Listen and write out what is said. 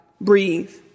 breathe